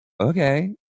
okay